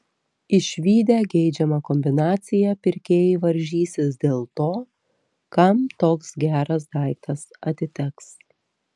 išvydę geidžiamą kombinaciją pirkėjai varžysis dėl to kam toks geras daiktas atiteks